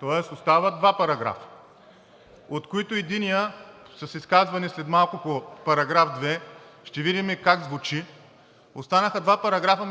Тоест остават два параграфа, единият от които, с изказване след малко по § 2, ще видим как звучи. Останаха два параграфа.